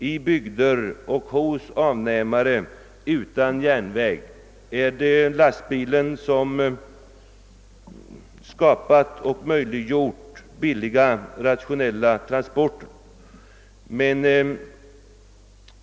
I bygder utan järnväg är det lastbilen som har skapat och möjliggjort billiga och rationella transporter.